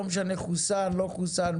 לא משנה חוסן או לא חוסן,